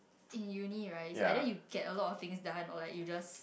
in uni right is either you get a lot of things done or like you just